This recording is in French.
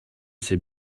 sais